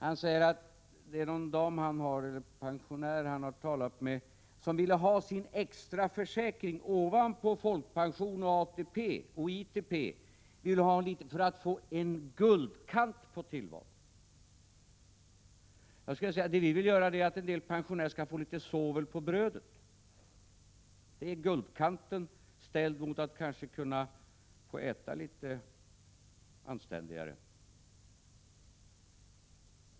Han nämnde en dam som han har talat med och som ville ha en extra försäkring ovanpå folkpensionen, ATP och ITP för att få en guldkant på tillvaron. Jag skulle då vilja säga att det vi vill åstadkomma är att en del pensionärer får litet sovel på brödet — det är guldkanten, och det skall ställas mot önskan att kanske kunna få äta litet anständigare.